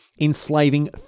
enslaving